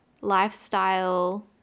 lifestyle